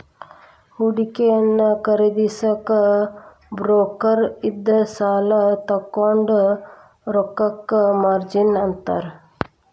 ಹೂಡಿಕೆಯನ್ನ ಖರೇದಿಸಕ ಬ್ರೋಕರ್ ಇಂದ ಸಾಲಾ ತೊಗೊಂಡ್ ರೊಕ್ಕಕ್ಕ ಮಾರ್ಜಿನ್ ಅಂತಾರ